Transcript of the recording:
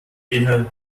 eher